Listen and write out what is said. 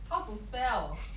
how to spell